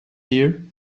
here